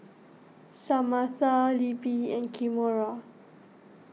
Samatha Libby and Kimora